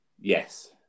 Yes